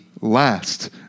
last